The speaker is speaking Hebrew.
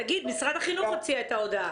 תגיד: משרד החינוך הוציא את ההודעה.